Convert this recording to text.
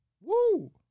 woo